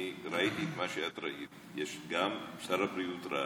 אני ראיתי את מה שאת ראית, גם שר הבריאות ראה,